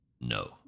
No